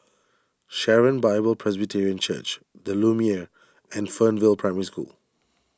Sharon Bible Presbyterian Church the Lumiere and Fernvale Primary School